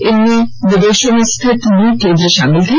इनमें विदेशों में स्थित नौ केन्द्र शामिल थे